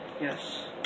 Yes